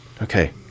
Okay